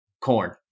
corn